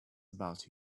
about